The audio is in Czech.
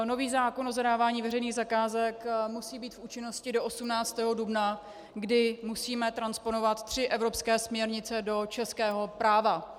Nový zákon o zadávání veřejných zakázek musí být v účinnosti do 18. dubna, kdy musíme transponovat tři evropské směrnice do českého práva.